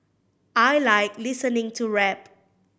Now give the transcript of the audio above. I like listening to rap